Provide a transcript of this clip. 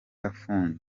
afunzwe